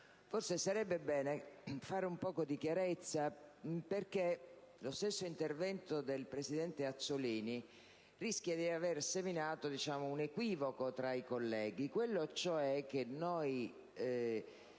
forse sarebbe bene fare un po' di chiarezza, perché l'intervento del senatore Azzollini rischia di aver seminato un equivoco tra i colleghi, cioè che noi